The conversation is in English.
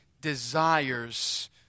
desires